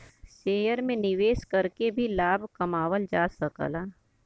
share में निवेश करके भी लाभ कमावल जा सकला